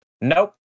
Nope